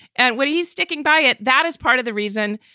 and what are you sticking by it? that is part of the reason,